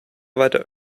weiter